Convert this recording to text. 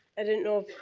i didn't know if,